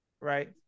right